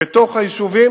בתוך היישובים,